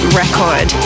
record